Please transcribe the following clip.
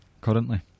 Currently